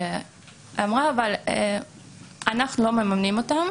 ואמרה: אבל אנחנו לא מממנים אותם